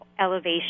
elevation